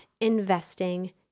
investing